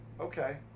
Okay